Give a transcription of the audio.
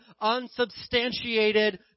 unsubstantiated